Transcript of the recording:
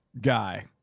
guy